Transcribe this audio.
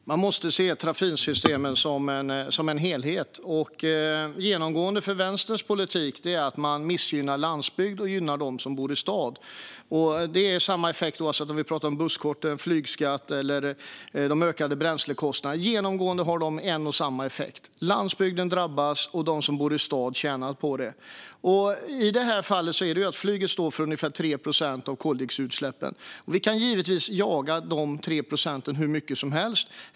Fru talman! Man måste se trafiksystemen som en helhet. Genomgående för Vänsterns politik är att man missgynnar landsbygd och gynnar dem som bor i städer. Det gäller oavsett om vi talar om busskort, flygskatt eller ökade bränslekostnader. Genomgående har de en och samma effekt, nämligen att landsbygden drabbas och att de som bor i städerna tjänar på dem. Flyget står för ungefär 3 procent av koldioxidutsläppen. Vi kan givetvis jaga dessa 3 procent hur mycket som helst.